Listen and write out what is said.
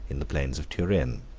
in the plains of turin.